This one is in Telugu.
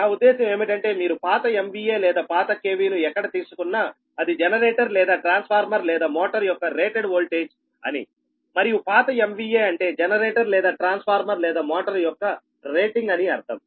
నా ఉద్దేశం ఏమిటంటే మీరు పాత MVA లేదా పాత KV ను ఎక్కడ తీసుకున్నా అది జనరేటర్ లేదా ట్రాన్స్ఫార్మర్ లేదా మోటారు యొక్క రేటెడ్ వోల్టేజ్ అని మరియు పాత MVA అంటే జనరేటర్ లేదా ట్రాన్స్ఫార్మర్ లేదా మోటారు యొక్క రేటింగ్ అని అర్థం